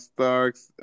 Starks